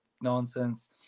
nonsense